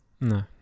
No